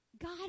God